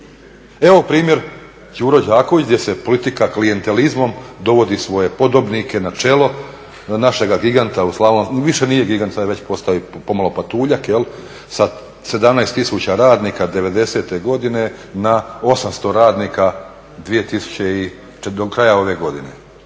Evo primjer Đuro Đaković gdje se politika klijentelizmom dovodi svoje podobnike na čelo, našega giganta, više nije gigant, sad je već postao pomalo i patuljak sa 17000 radnika devedesete godine na 800 radnika do